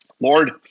Lord